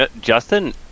Justin